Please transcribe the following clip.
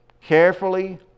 carefully